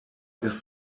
ist